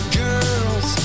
girls